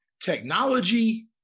technology